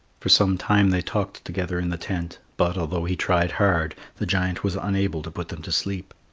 for some time they talked together in the tent, but, although he tried hard, the giant was unable to put them to sleep.